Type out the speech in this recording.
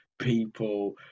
people